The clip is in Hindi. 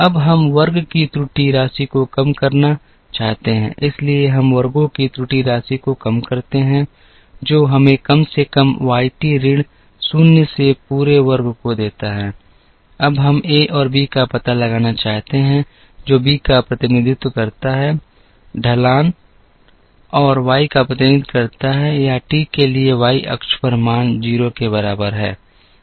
अब हम वर्ग की त्रुटि राशि को कम करना चाहते हैं इसलिए हम वर्गों की त्रुटि राशि को कम करते हैं जो हमें कम से कम Y t ऋण शून्य से पूरे वर्ग को देता है अब हम a और b का पता लगाना चाहते हैं जो b का प्रतिनिधित्व करता है ढलान और Y का प्रतिनिधित्व करता है या t के लिए Y अक्ष पर मान 0 के बराबर है